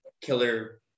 killer